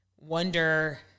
wonder